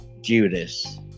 Judas